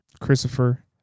Christopher